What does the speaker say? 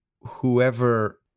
whoever